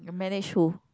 you manage who